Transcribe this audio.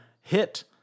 hit